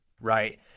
right